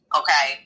okay